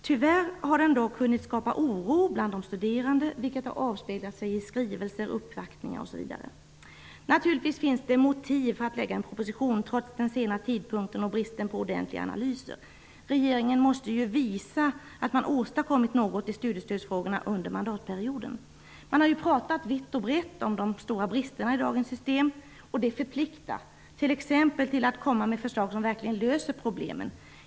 Tyvärr har den dock hunnit skapa oro bland de studerande, vilket har avspeglat sig i skrivelser, uppvaktningar osv. Naturligtvis finns det motiv för att lägga en proposition, trots den sena tidpunkten och bristen på ordentliga analyser. Regeringen måste ju visa att man har åstadkommit något i studiestödsfrågorna under mandatperioden, eftersom man har pratat vitt och brett om de stora bristerna med dagens system. Det förpliktar t.ex. till att komma med förslag som verkligen löser problemen.